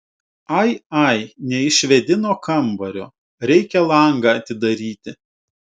ai ai neišvėdino kambario reikia langą atidaryti